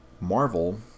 Marvel